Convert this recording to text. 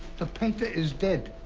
the painter is dead.